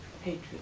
Hatred